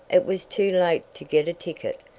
it was too late to get a ticket,